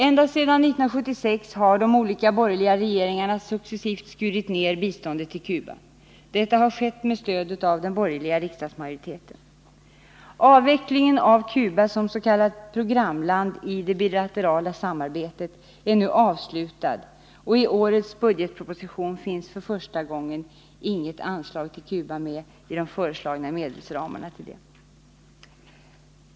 Ända sedan 1976 har de olika borgerliga regeringarna successivt skurit ned biståndet till Cuba. Detta har skett med stöd av den borgerliga riksdagsmajoriteten. Avvecklingen av Cuba som s.k. programlandi det bilaterala samarbetet är nu genomförd, och i årets budgetproposition finns för första gången inget anslag till Cuba med i de föreslagna medelsramarna.